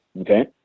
okay